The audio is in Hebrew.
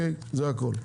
זה הכל.